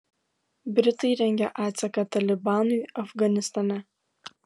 britai rengia atsaką talibanui afganistane